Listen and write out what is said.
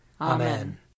Amen